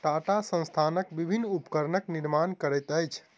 टाटा संस्थान विभिन्न उपकरणक निर्माण करैत अछि